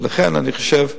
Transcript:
לכן אני חושב,